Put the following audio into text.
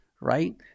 right